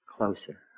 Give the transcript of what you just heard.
Closer